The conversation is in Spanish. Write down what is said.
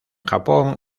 japón